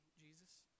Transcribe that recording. Jesus